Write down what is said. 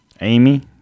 Amy